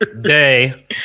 Bay